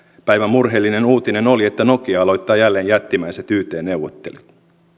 päivän murheellinen uutinen oli että nokia aloittaa jälleen jättimäiset yt neuvottelut